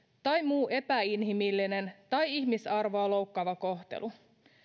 tai muu epäinhimillinen tai ihmisarvoa loukkaava kohtelu